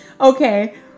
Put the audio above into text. Okay